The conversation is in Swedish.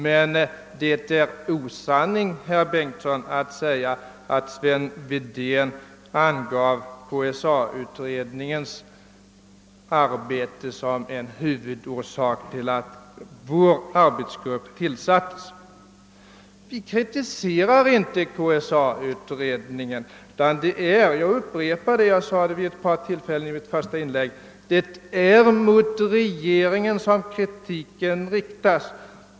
Det är emellertid osanning, herr Bengtsson, att säga att Sven Wedén betecknade KSA-utredningens arbete som huvudorsak till att vår arbetsgrupp tillsattes. Vi kritiserar inte KSA-utredningen utan — jag upprepar här vad jag sade ett par gånger i mitt första inlägg — det är mot regeringen som kritiken riktas.